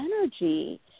energy